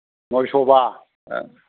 नयस'बा